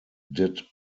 did